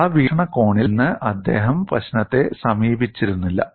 ആ വീക്ഷണകോണിൽ നിന്ന് അദ്ദേഹം പ്രശ്നത്തെ സമീപിച്ചിരുന്നില്ല